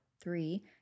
three